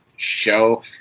show